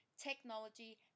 technology